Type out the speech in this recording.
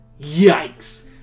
Yikes